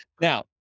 now